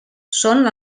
són